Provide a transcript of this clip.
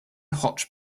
hotch